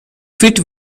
fit